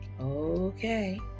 Okay